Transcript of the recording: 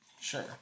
Sure